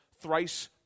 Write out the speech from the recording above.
thrice